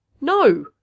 No